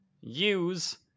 use